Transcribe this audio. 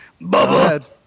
Bubba